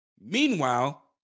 Meanwhile